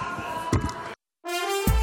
חרבות ברזל) (תיקון